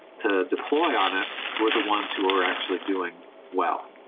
to deploy on it were the ones who were actually doing well.